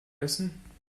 essen